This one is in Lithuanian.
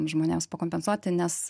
žmonėms pakompensuoti nes